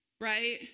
right